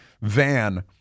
van